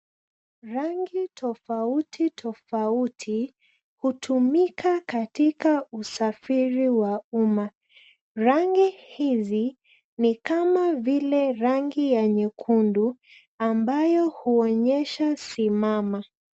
Rangi tofautitofauti hutumika katika usafiri wa umma. Rangi hizi ni kama vile rangi ya nyekundu ambayo huonyesha simama.